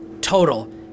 total